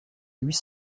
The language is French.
huit